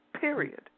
period